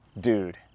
dude